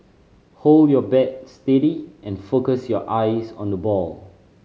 hold your bat steady and focus your eyes on the ball